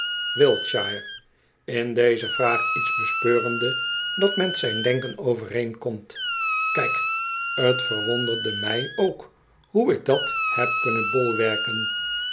wiltshtre in deze vraag iets bespeurende dat met zijn denken overeenkomt kijk t verwonderde m ij ook hoe ik dat heb kunnen bolwerken